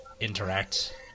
interact